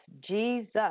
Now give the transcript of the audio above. Jesus